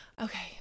Okay